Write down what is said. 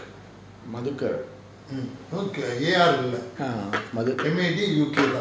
madhukar